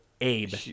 Abe